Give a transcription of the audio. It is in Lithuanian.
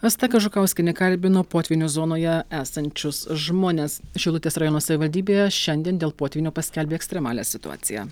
asta kažukauskienė kalbino potvynių zonoje esančius žmones šilutės rajono savivaldybėje šiandien dėl potvynių paskelbė ekstremalią situaciją